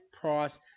price